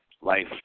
life